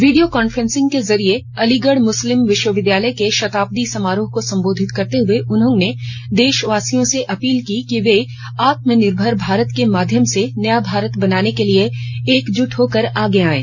video conferencing के जरिए अलीगढ मुस्लिम विश्वविद्यालय के शताब्दी समारोह को संबोधित करते हए उन्होंने देशवासियों से अपील की कि र्व आत्मनिर्भर भारत के माध्यम से नया भारत बनाने के लिए एकजुट होकर आगे आयें